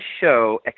show